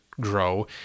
grow